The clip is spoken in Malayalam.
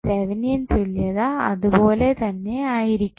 തെവനിയൻ തുല്യത അതുപോലെ തന്നെ ആയിരിക്കും